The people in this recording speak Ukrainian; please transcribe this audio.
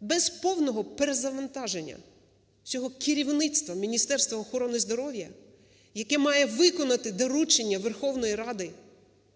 Без повного перезавантаження цього керівництва Міністерства охорони здоров'я, яке має виконати доручення Верховної Ради,